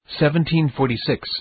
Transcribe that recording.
1746